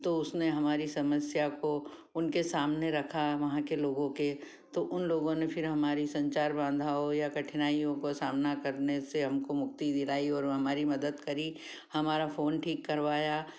तो उसने हमारी समस्या को उनके सामने रखा वहाँ के लोगो के तो उन लोगों ने फिर हमारी संचार बाँधा हो या कठिनाईयों का सामना करने से हमको मुक्ति दिलाई और वह हमारी मदद करी हमारा फ़ोन ठीक करवाया